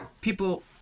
people